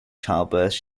childbirths